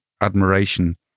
admiration